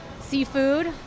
seafood